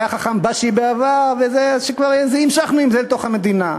היה חכם באשי בעבר, אז המשכנו עם זה לתוך המדינה.